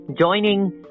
joining